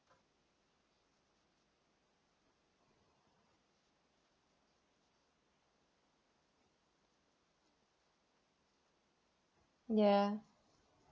yeah